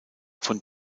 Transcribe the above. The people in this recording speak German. von